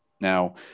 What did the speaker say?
Now